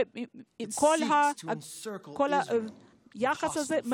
ועם כל התוקפנות הזאת,